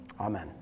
Amen